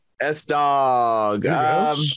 S-Dog